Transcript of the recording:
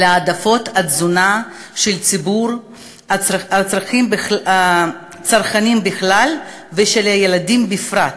העדפות התזונה של ציבור הצרכנים בכלל ושל ילדים בפרט.